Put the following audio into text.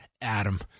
Adam